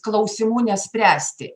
klausimų nespręsti